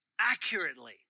accurately